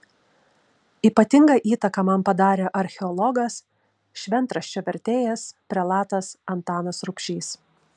ypatingą įtaką man padarė archeologas šventraščio vertėjas prelatas antanas rubšys